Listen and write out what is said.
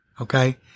okay